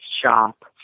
shop